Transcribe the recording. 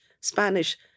Spanish